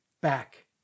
back